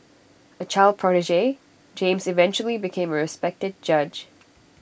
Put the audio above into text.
A child prodigy James eventually became A respected judge